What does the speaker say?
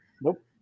Nope